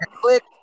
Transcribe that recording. click